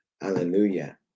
Hallelujah